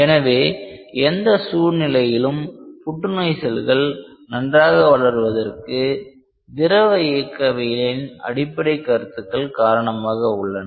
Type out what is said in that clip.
எனவே எந்த சூழ்நிலையிலும் புற்றுநோய் செல்கள் நன்றாக வளர்வதற்கு திரவ இயக்கவியலின் அடிப்படை கருத்துக்கள் காரணமாக உள்ளன